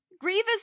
Grievous